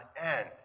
end